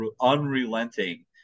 unrelenting